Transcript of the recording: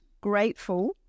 grateful